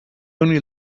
only